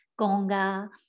gonga